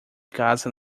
casa